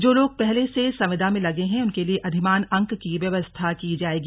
जो लोग पहले से संविदा में लगे हैं उनके लिए अधिमान अंक की व्यवस्था की जाएगी